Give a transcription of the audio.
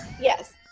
Yes